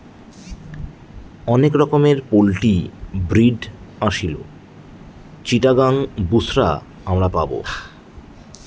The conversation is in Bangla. অনেক রকমের পোল্ট্রি ব্রিড আসিল, চিটাগাং, বুশরা আমরা পাবো